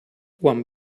one